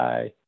Bye